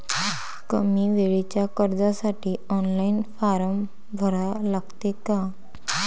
कमी वेळेच्या कर्जासाठी ऑनलाईन फारम भरा लागते का?